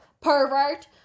pervert